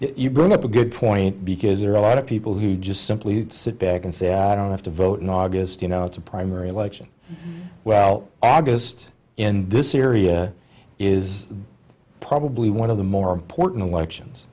you bring up a good point because there are a lot of people who just simply sit back and say i don't have to vote in august you know it's a primary election well august in this area is probably one of the more important elections